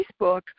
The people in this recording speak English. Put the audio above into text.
Facebook